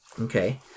Okay